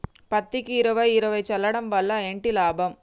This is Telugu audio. పత్తికి ఇరవై ఇరవై చల్లడం వల్ల ఏంటి లాభం?